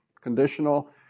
conditional